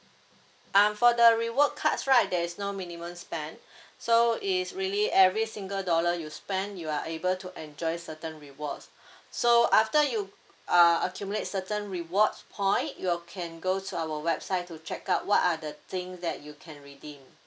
um for the reward cards right there is no minimum spend so is really every single dollar you spend you are able to enjoy certain rewards so after you uh accumulate certain rewards point your can go to our website to check out what are the things that you can redeem